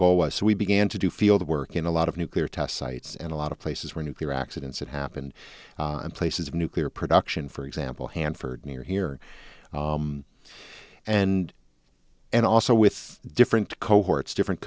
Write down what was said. goal was so we began to do field work in a lot of nuclear test sites and a lot of places where nuclear accidents had happened and places of nuclear production for example hanford near here and and also with different cohorts different